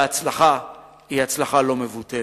וההצלחה היא הצלחה לא מבוטלת.